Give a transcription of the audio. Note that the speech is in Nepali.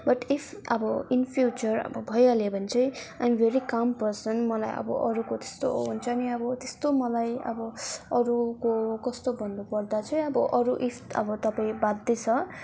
बट इफ अब इन फ्युचर अब भइहाल्यो भने चाहिँ I am very calm person मलाई अब अरूको त्यस्तो हुन्छ नि अब त्यस्तो मलाई अब अरूको कस्तो भन्नुपर्दा चाहिँ अब अरू इफ अब तपाईँ बाज्दैछ